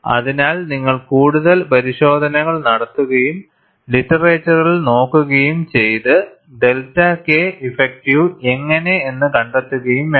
അതിനാൽ നിങ്ങൾ കൂടുതൽ പരിശോധനകൾ നടത്തുകയും ലിറ്ററേച്ചറിൽ നോക്കുകയും ചെയ്ത് ഡെൽറ്റ K ഇഫക്റ്റീവ് എങ്ങനെ എന്ന് കണ്ടെത്തുകയും വേണം